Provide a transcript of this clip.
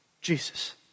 Jesus